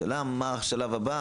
השאלה מה השלב הבא,